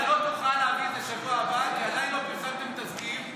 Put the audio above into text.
אתה לא תוכל להביא את זה בשבוע הבא כי עדיין לא פרסמתם תזכיר,